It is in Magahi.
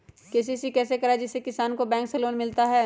के.सी.सी कैसे कराये जिसमे किसान को बैंक से लोन मिलता है?